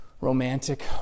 romantic